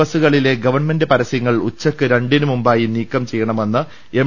ബസ്സുകളിലെ government പരസ്യങ്ങൾ ഉച്ചയ്ക്ക് രണ്ടിനുമുൻപായി നീക്കം ചെയ്യണമെന്ന് എം